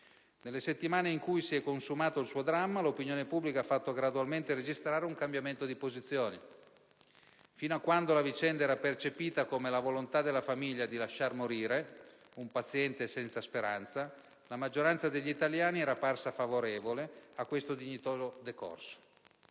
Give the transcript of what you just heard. Nelle settimane in cui si è consumato il suo dramma, l'opinione pubblica ha fatto gradualmente registrare un cambiamento di posizioni. Fin quando la vicenda era percepita come la volontà della famiglia di lasciar morire un paziente senza speranza, la maggioranza degli italiani era parsa favorevole a questo dignitoso decorso,